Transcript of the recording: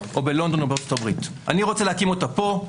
בלונדון או בארצות-הברית אני רוצה להקים אותה פה,